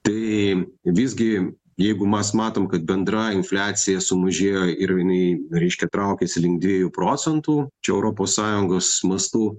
tai visgi jeigu mes matom kad bendra infliacija sumažėjo ir jinai reiškia traukiasi link dviejų procentų čia europos sąjungos mastu